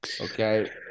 Okay